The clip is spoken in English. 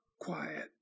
quiet